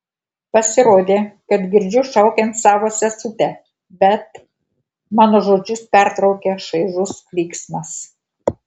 pasirodė kad girdžiu šaukiant savo sesutę bet mano žodžius pertraukia šaižus klyksmas